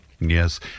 Yes